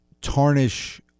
tarnish